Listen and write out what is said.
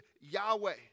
Yahweh